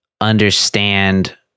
understand